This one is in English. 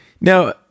Now